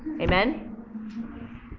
amen